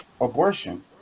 abortion